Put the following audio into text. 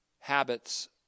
Habits